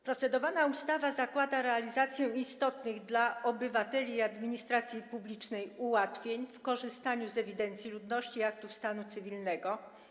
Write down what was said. Procedowana ustawa zakłada realizację istotnych dla obywateli i administracji publicznej ułatwień w korzystaniu z ewidencji ludności i aktów stanu cywilnego.